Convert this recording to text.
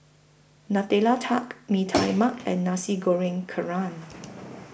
Nutella Tart Mee Tai Mak and Nasi Goreng Kerang